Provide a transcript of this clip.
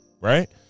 right